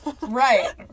Right